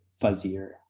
fuzzier